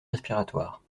respiratoire